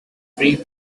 free